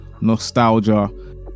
nostalgia